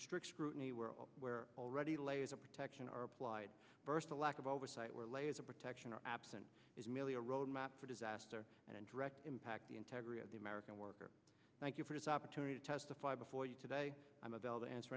strict scrutiny world where already layers of protection are applied first a lack of oversight where layers of protection are absent is merely a roadmap for disaster and direct impact the integrity of the american worker thank you for this opportunity to testify before you today i'm a bell to answer